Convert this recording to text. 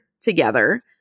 together